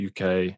uk